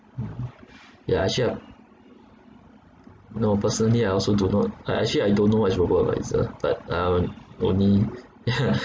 mmhmm yeah actually I no personally I also do not I actually I don't know what is robo adviser but um only